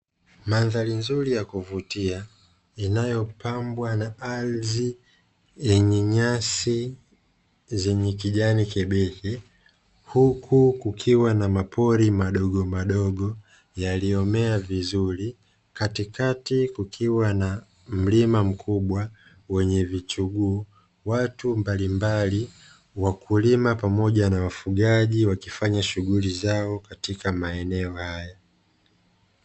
Mandhari nzuri ya kuvutia inayopambwa na ardhi yenye nyasi zenye kijani kibichi, huku kukiwa na mapori madogo madogo yaliyomea vizuri katikati kukiwa na mlima mkubwa wenye vichuguu, watu mbalimbali, wakulima pamoja na wafugaji wakifanya shughuli zao katika maeneo hayo.